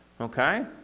okay